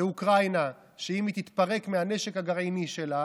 לאוקראינה שאם היא תתפרק מהנשק הגרעיני שלה,